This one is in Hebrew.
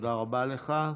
תודה רבה לך.